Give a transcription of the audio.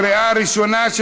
קריאה ראשונה,